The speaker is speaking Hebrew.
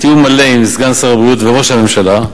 בתיאום מלא עם סגן שר הבריאות וראש הממשלה,